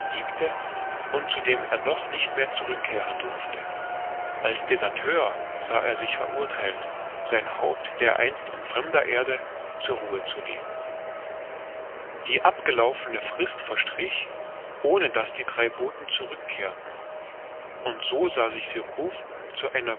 liebte und zu dem er doch nicht mehr zurückkehren durfte als deserteur sah er sich verurtheilt sein haupt dereinst in fremder erde zur ruhe zu legen die abgelaufene frist verstrich ohne daß die drei boten zurückkehrten und so sah sich surcouf zu einer